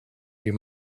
you